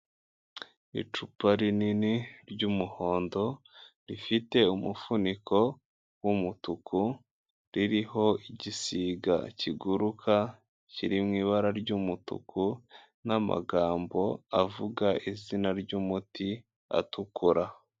Icupa rinini ry'umuhondo, rifite umufuniko w'umutuku, ririho igisiga kiguruka kiri mu ibara ry'umutuku n'amagambo avuga izina ry'umuti atukura.